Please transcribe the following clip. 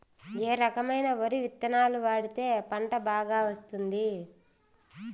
ఏ రకమైన వరి విత్తనాలు వాడితే పంట బాగా వస్తుంది?